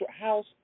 house